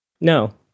No